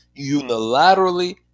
unilaterally